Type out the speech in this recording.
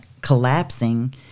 collapsing